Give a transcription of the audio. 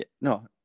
No